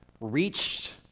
reached